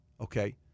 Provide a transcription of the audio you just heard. okay